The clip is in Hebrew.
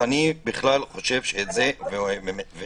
אני בכלל חושב ומבקש,